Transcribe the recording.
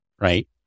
right